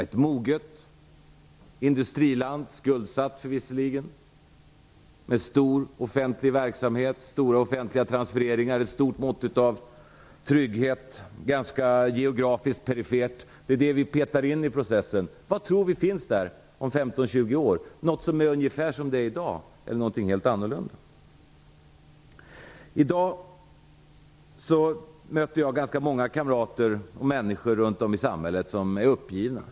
Ett moget industriland, skuldsatt visserligen, med stor offentlig verksamhet, med stora offentliga transfereringar och med ett stort mått av trygghet, geografiskt perifert - detta petar vi in i processen. Vad tror vi finns där om 15-20 år? Något som är ungefär som i dag eller någonting helt annorlunda? I dag möter jag ganska många kamrater och människor runt om i samhället som är uppgivna.